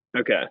Okay